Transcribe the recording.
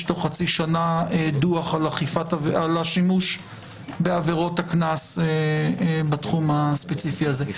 תוך חצי שנה דוח על השימוש בעבירות הקנס בתחום הספציפי הזה.